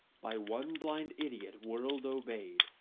by one blind idiot world obeyed,